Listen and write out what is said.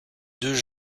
deux